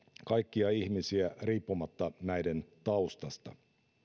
kaikkia ihmisiä riippumatta näiden taustasta